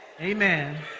amen